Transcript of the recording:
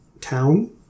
Town